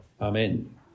Amen